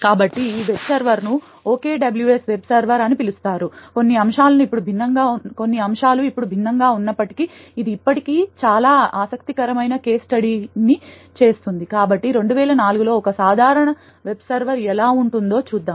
కాబట్టి ఈ వెబ్ సర్వర్ను OKWS వెబ్ సర్వర్ అని పిలుస్తారు కొన్ని అంశాలు ఇప్పుడు భిన్నంగా ఉన్నప్పటికీ ఇది ఇప్పటికీ చాలా ఆసక్తికరమైన కేస్ స్టడీని చేస్తుంది కాబట్టి 2004 లో ఒక సాధారణ వెబ్ సర్వర్ ఎలా ఉంటుందో చూద్దాం